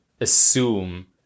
assume